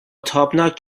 تابناک